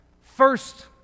First